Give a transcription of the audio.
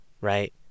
right